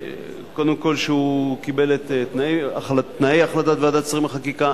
קודם כול על כך שהוא קיבל את תנאי החלטת ועדת שרים לחקיקה.